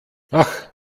ach